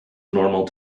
normal